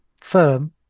firm